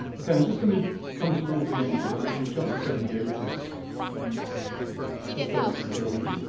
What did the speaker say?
okay. i'm just going to come towards the end here. i'm going to jump the seventy eight disc and just go on to the berliner.